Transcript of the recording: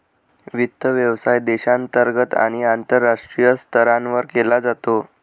वित्त व्यवसाय देशांतर्गत आणि आंतरराष्ट्रीय स्तरावर केला जातो